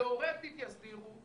תאורטית יסדירו,